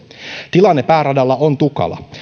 tilanne pääradalla on tukala